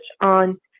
on